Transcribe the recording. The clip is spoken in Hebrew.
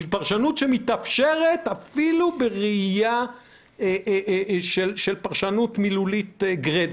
היא פרשנות שמתאפשרת אפילו בראייה של פרשנות מילולית גרידא.